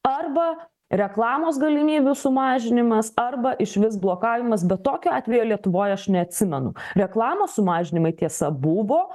arba reklamos galimybių sumažinimas arba išvis blokavimas bet tokio atvejo lietuvoj aš neatsimenu reklamos sumažinimai tiesa buvo